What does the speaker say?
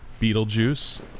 Beetlejuice